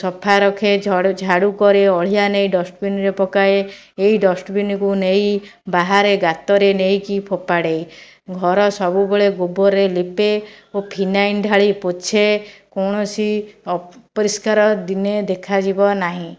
ସଫା ରଖେ ଝାଡ଼ୁ କରେ ଅଳିଆ ନେଇକି ଡଷ୍ଟପିନ୍ରେ ପକାଏ ଏଇ ଡଷ୍ଟପିନ୍କୁ ନେଇ ବାହାରେ ଗାତରେ ନେଇକି ଫୋପାଡ଼େ ଘର ସବୁବେଳେ ଗୋବରରେ ଲିପେ ଓ ଫିନାଇଲ୍ ଢାଳି ପୋଛେ କୌଣସି ଅପରିଷ୍କାର ଦିନେ ଦେଖାଯିବ ନାହିଁ